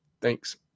Thanks